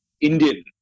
Indian